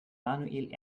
manuel